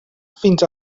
fins